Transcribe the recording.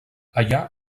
allà